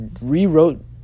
rewrote